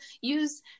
use